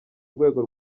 rwego